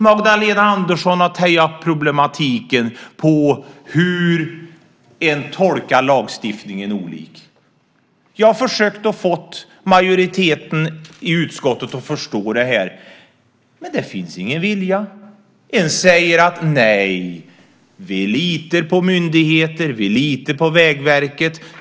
Magdalena Andersson har tagit upp problematiken hur lagstiftningen tolkas olika. Jag har försökt få majoriteten i utskottet att förstå det här, men det finns ingen vilja. Man säger: Nej, vi litar på myndigheter, och vi litar på Vägverket.